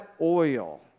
oil